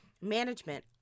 management